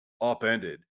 upended